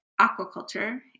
aquaculture